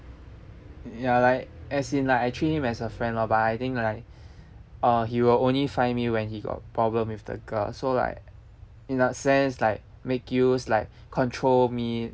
ya like as in like I treat him as a friend lor but I think like uh he will only find me when he got problem with the girl so like in that sense like make use like control me